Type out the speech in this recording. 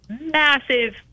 massive